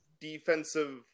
defensive